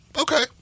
okay